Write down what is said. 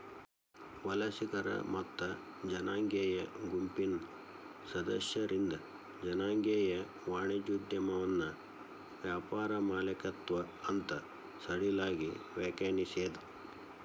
ವಲಸಿಗರ ಮತ್ತ ಜನಾಂಗೇಯ ಗುಂಪಿನ್ ಸದಸ್ಯರಿಂದ್ ಜನಾಂಗೇಯ ವಾಣಿಜ್ಯೋದ್ಯಮವನ್ನ ವ್ಯಾಪಾರ ಮಾಲೇಕತ್ವ ಅಂತ್ ಸಡಿಲವಾಗಿ ವ್ಯಾಖ್ಯಾನಿಸೇದ್